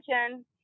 attention